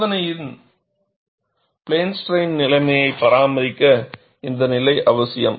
சோதனையில் plane strain நிலைமையை பராமரிக்க இந்த நிலை அவசியம்